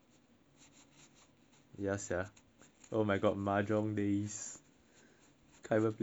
ya sia oh my god mahjong days can't even play mahjong anymore